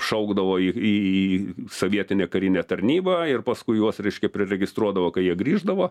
šaukdavo į į į sovietinę karinę tarnybą ir paskui juos reiškia priregistruodavo kai jie grįždavo